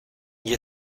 gli